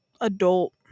adult